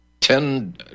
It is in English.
Ten